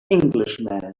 englishman